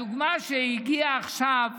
הדוגמה שהגיעה עכשיו